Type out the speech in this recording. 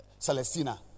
Celestina